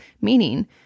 Meaning